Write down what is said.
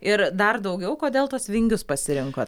ir dar daugiau kodėl tuos vingius pasirinkot